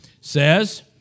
says